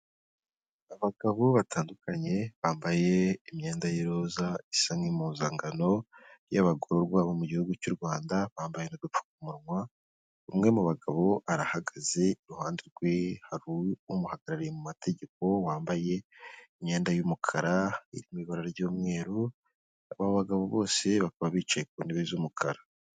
Abagabo batandukanye bambaye imyenda y'iroza isa nk'impuzankano y'abagororwa bo mu gihugu cy'u Rwanda bambaye udupfukamunwa, umwe mu bagabo arahagaze iruhande rwe hari umuhagarariye mu mategeko wambaye imyenda y'umukara iri mu ibara ry'umweru, aba bagabo bose bakaba bicaye ku ntebe z'umukara.